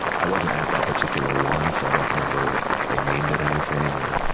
i wasn't at that particular one, so i don't remember if they named it anything or,